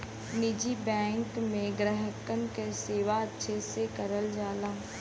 निजी बैंक में ग्राहकन क सेवा अच्छे से करल जाला